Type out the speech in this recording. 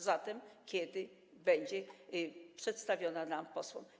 Zatem kiedy to będzie przedstawione nam, posłom?